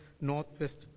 northwest